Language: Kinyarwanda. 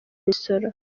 imisoro